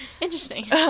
Interesting